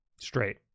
straight